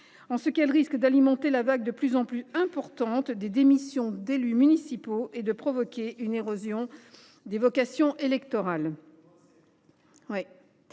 en ce qu’elles risquent d’alimenter la vague de plus en plus importante des démissions d’élus municipaux et de provoquer une érosion des vocations électorales.